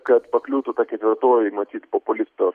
kad pakliūtų po ketvirtuoju matyt populisto